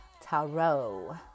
tarot